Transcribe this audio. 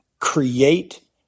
create